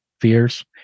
fears